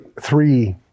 three